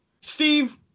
Steve